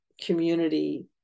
community